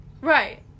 Right